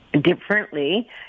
differently